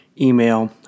email